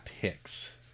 Picks